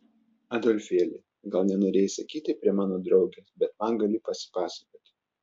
adolfėli gal nenorėjai sakyti prie mano draugės bet man gali pasipasakoti